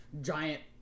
giant